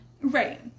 right